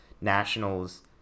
Nationals